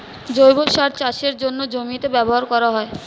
জৈব সার চাষের জন্যে জমিতে ব্যবহার করা হয়